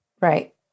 Right